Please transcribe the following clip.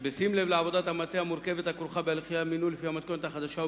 שבשים לב לעבודת המטה המורכבת הכרוכה בהליכי המינוי לפי המתכונת החדשה,